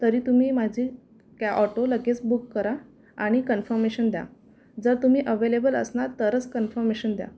तरी तुम्ही माझे कॅ ऑटो लगेस बुक करा आणि कन्फमेशन द्या जर तुम्ही अवलेबल असणार तरच कन्फमेशन द्या